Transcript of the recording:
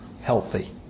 Healthy